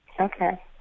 Okay